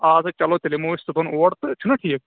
آسا چلو تیٚلہِ یِمو أسی صُحبن اور تہٕ چھُنا ٹھیٖک